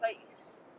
place